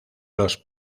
los